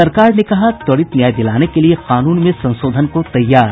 सरकार ने कहा त्वरित न्याय दिलाने के लिए कानून में संशोधन को तैयार